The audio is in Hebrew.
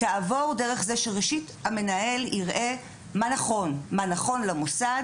תעבור שראשית המנהל יראה מה נכון למוסד.